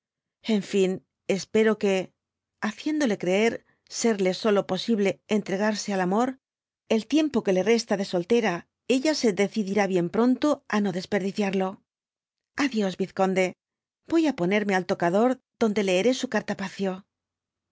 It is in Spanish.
en fin espero que haciéndole creer serle ix posible entregarse al amor el tiempo que le resta de soltera ella se decidirá bien pronto á no deq erdiciarlo a dios vizconde voy á ponerme al tocador donde leer su